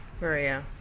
Maria